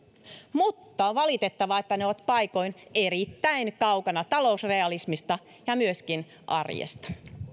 mutta on valitettavaa että ne ovat paikoin erittäin kaukana talousrealismista ja myöskin arjesta